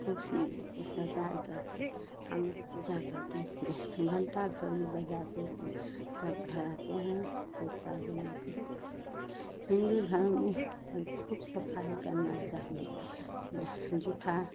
खूब शिव जी को सजा करके हम पूजा करते थे घण्टा घर भी बजाते थे तब घर आते हैं तब चाय बना करके हिन्दू धरम में खूब सफ़ाई करनी चाहिए यह जूठा